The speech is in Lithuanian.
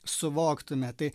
suvoktume tai